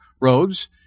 roads